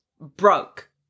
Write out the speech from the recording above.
broke